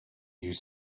use